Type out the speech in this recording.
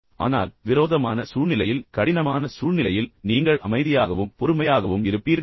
ஆனால் விரோதமான சூழ்நிலையில் கடினமான சூழ்நிலையில் நீங்கள் அமைதியாகவும் பொறுமையாகவும் இருப்பீர்களா